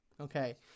Okay